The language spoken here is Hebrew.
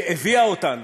הביאה אותנו,